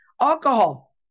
Alcohol